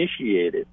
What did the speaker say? initiated